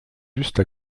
juste